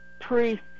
Priest